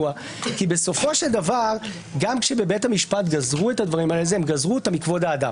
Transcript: אני קורא אותך לסדר פעם שלישית.